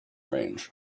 range